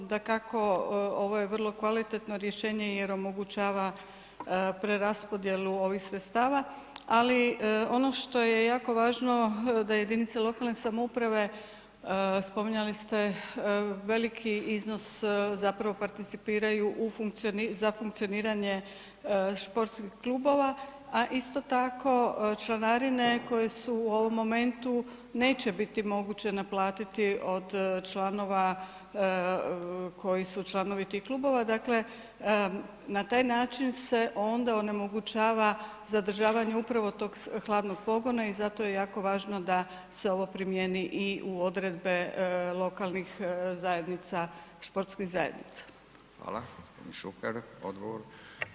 Dakako, ovo je vrlo kvalitetno rješenje jer omogućava preraspodjelu ovih sredstava, ali ono što je jako važno da jedinice lokalne samouprave, spominjali ste veliki iznos zapravo participiraju za funkcioniranje športskih klubova, a isto tako, članarine koje su u ovom momentu neće biti moguće naplatiti od članova koji su članovi tih klubova, dakle, na taj način se onda onemogućava zadržavanje upravo tog hladnog pogona i zato je jako važno da se ovo primjeni i u odredbe lokalnih zajednica, športskih zajednica.